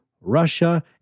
Russia